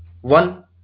one